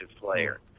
player